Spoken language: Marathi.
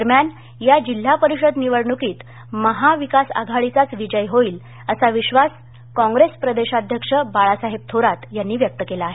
दरम्यान या जिल्हा परिषद निवडणुकीत महाविकासआघाडीचाच विजय होईल असा विश्वास काँग्रेस प्रदेशाध्यक्ष बाळासाहेब थोरात यांनी व्यक्त केला आहे